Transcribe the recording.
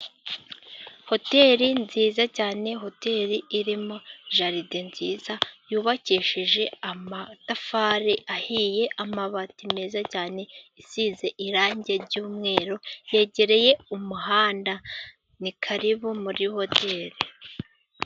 Hoteri nziza cyane Hoteri irimo jaride nziza yubakishije amatafari ahiye, amabati meza cyane isize irange ry'umweru yegereye umuhanda ni karibu muri Hoteri.